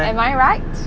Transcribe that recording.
am I right